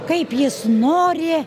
kaip jis nori